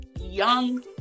young